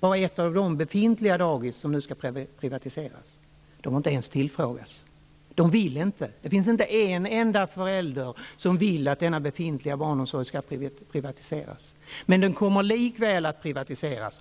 bara ett av de befintliga dagis som nu skall privatiseras. De har inte ens tillfrågats. Det finns inte en enda förälder som vill att denna befintliga barnomsorg skall privatiseras. Men den kommer likväl att privatiseras.